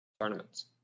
tournaments